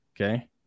okay